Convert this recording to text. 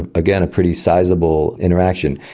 ah again, a pretty sizeable interaction.